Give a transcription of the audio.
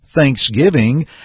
thanksgiving